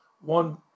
one